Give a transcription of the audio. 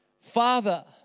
Father